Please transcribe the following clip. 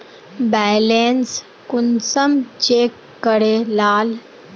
Balance कुंसम check करे लाल?